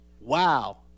Wow